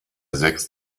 sechs